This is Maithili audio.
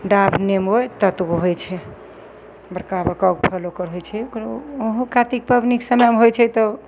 डाभ नेबो एत एतगो होइ छै बड़का बड़कागो फल ओकर होइ छै ओकरो ओहो कातिक पबनीके समयमे होइ छै तब